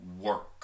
work